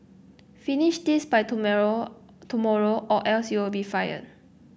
finish this by tomorrow or else you'll be fired